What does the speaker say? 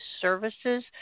Services